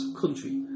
country